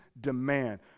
demand